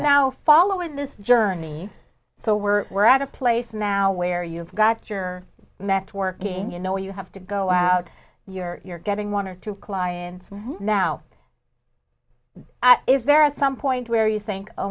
now following this journey so we're we're at a place now where you've got your met working you know you have to go out you're getting one or two clients now is there at some point where you think oh